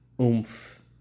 oomph